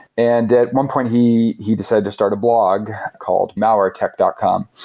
and at one point, he he decided to start a blog called malwaretech dot com,